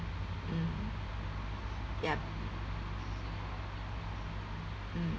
mm yup mm